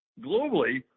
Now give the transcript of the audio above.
Globally